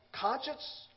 conscience